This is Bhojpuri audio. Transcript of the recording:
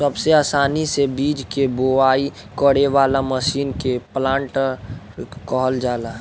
सबसे आसानी से बीज के बोआई करे वाला मशीन के प्लांटर कहल जाला